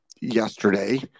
yesterday –